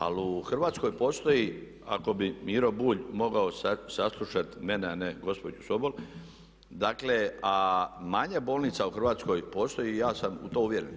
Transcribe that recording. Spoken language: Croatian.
Ali u Hrvatskoj postoji, ako bi Miro Bulj mogao saslušati mene a ne gospođu Sobol, dakle a manjak bolnica u Hrvatskoj postoji i ja sam u to uvjeren.